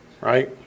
Right